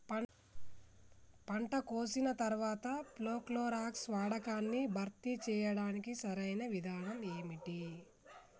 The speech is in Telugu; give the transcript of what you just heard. పంట కోసిన తర్వాత ప్రోక్లోరాక్స్ వాడకాన్ని భర్తీ చేయడానికి సరియైన విధానం ఏమిటి?